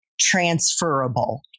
transferable